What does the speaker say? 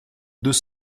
deux